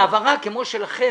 ההעברה כמו שלכם,